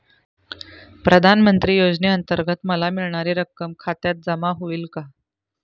प्रधानमंत्री योजनेअंतर्गत मला मिळणारी रक्कम खात्यात जमा होईल का?